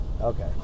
Okay